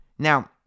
Now